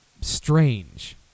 strange